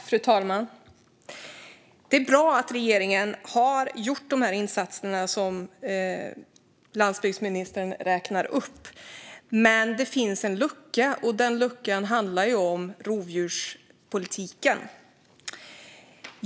Fru talman! Det är bra att regeringen har gjort de insatser som landsbygdsministern räknar upp. Men det finns en lucka: rovdjurspolitiken.